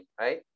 right